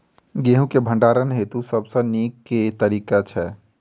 गेंहूँ केँ भण्डारण हेतु सबसँ नीक केँ तरीका छै?